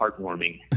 heartwarming